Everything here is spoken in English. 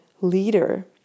leader